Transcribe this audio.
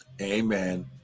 Amen